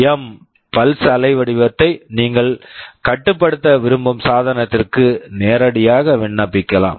M PWM pulse pulse அலைவடிவத்தை நீங்கள் கட்டுப்படுத்த விரும்பும் சாதனத்திற்கு நேரடியாக விண்ணப்பிக்கலாம்